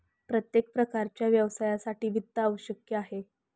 प्रत्येक प्रकारच्या व्यवसायासाठी वित्त आवश्यक आहे